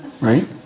right